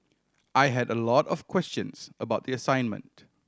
I had a lot of questions about the assignment